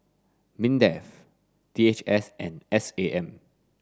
MINDEF D H S and S A M